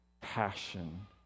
passion